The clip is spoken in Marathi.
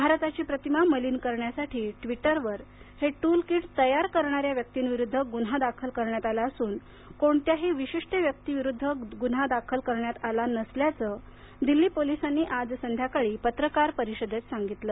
भारताची प्रतिमा मलीन करण्यासाठी ट्विटरवर हे टूलकीट तयार करणाऱ्या व्यक्तींविरुद्ध गुन्हा दाखल करण्यात आला असून कोणत्याही विशिष्ट व्यक्तीविरुद्ध गुन्हा दाखल करण्यात आला नसल्याचं दिल्ली पोलीसांनी आज संध्याकाळी पत्रकार परिषदेत सांगितलं